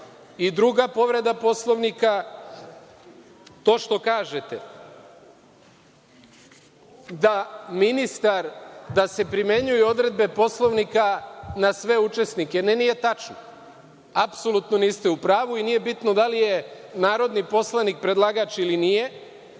druga povreda Poslovnika, to što kažete, da ministar, da se primenjuju odredbe Poslovnika na sve učesnike. Ne, nije tačno. Apsolutno niste u pravu i nije bitno da li je narodni poslanik predlagač ili nije,